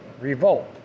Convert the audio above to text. Revolt